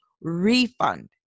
refund